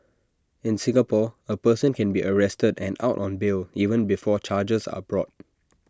in Singapore A person can be arrested and out on bail even before charges are brought